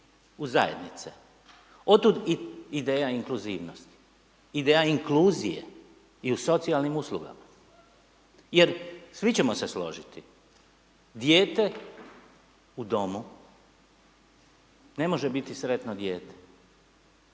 u zajednice, otud i ideja inkulzivnosti, ideja inkluzije i u socijalnim uslugama jer svi ćemo se složiti dijete u domu ne može biti sretno dijete.